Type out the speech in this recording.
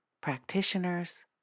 practitioners